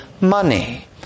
money